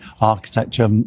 architecture